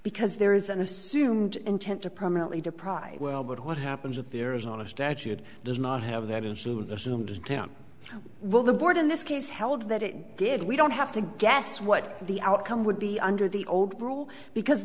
because there is an assumed intent to permanently deprive well but what happens if there is not a statute does not have that instilled assumed down while the board in this case held that it did we don't have to guess what the outcome would be under the old rule because